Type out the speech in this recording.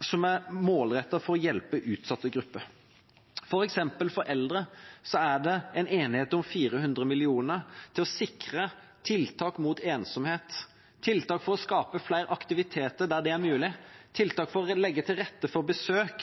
som er målrettet for å hjelpe utsatte grupper. For eksempel er det for eldre enighet om 400 mill. kr for å sikre tiltak mot ensomhet, tiltak for å skape flere aktiviteter der det er mulig, tiltak for å legge til rette for besøk,